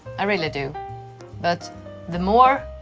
i really do but the more.